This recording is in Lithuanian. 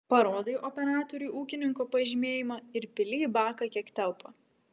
parodai operatoriui ūkininko pažymėjimą ir pili į baką kiek telpa